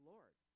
Lord